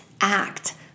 act